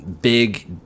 big